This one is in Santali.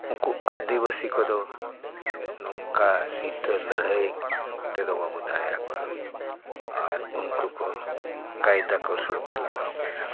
ᱱᱩᱠᱩ ᱟᱫᱤᱵᱟᱥᱤ ᱠᱚᱫᱚ ᱱᱚᱝᱠᱟ ᱥᱤᱫᱟᱹ ᱞᱟᱹᱲᱦᱟᱹᱭ ᱛᱮᱫᱚ ᱵᱟᱵᱚ ᱫᱟᱲᱮ ᱟᱠᱚᱣᱟ ᱟᱨ ᱩᱱᱠᱩ ᱠᱚ ᱠᱟᱭᱫᱟ ᱠᱚ ᱥᱚᱲᱠᱚ ᱞᱟᱜᱟᱣ ᱠᱮᱫᱼᱟ